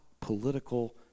political